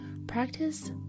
Practice